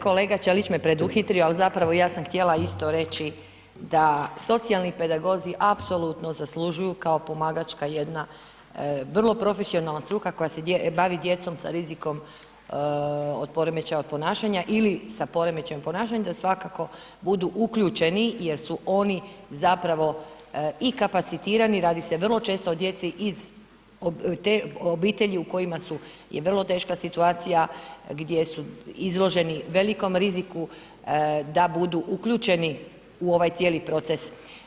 Kolega Ćelić me preduhitrio, ali zapravo, ja sam htjela isto reći da socijalni pedagozi apsolutno zaslužuju kao pomagačka jedna vrlo profesionalna struka koja se bavi djecom sa rizikom od poremećaja od ponašanja ili sa poremećajem ponašanja, da svakako budu uključeni jer su oni zapravo i kapacitirani, radi se vrlo često o djeci iz obitelji u kojima su je vrlo teška situacija, gdje su izloženi velikom rizikom da budu uključeni u ovaj cijeli proces.